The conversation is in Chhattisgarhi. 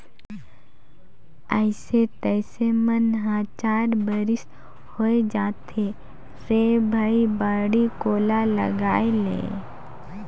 अइसे तइसे हमन ल चार बरिस होए जाथे रे भई बाड़ी कोला लगायेले